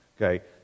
Okay